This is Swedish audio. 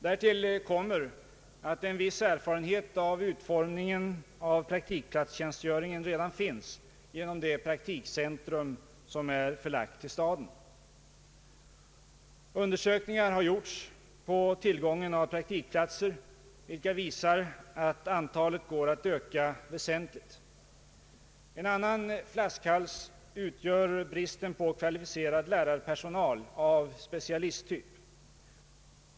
Därtill kommer att en viss erfarenhet av utformningen av praktikplatstjänstgöringen redan finns genom det praktikcentrum som är förlagt till staden. Undersökningar har gjorts av tillgången på praktikplatser, vilka visar att antalet går att öka väsentligt. En annan flaskhals utgör bristen på kvalificerad lärarpersonal av specialisttyp.